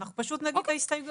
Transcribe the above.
אנחנו פשוט נגיד את ההסתייגויות.